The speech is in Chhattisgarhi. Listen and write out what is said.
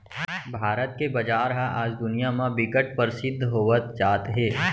भारत के बजार ह आज दुनिया म बिकट परसिद्ध होवत जात हे